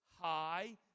high